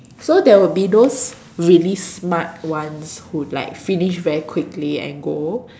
so there would be those really smart ones who like finish very quickly and go